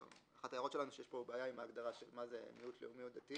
אחת ההערות שלנו שיש פה בעיה עם ההגדרה מה זה "מיעוט לאומי או דתי".